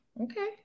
Okay